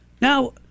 Now